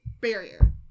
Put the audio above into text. barrier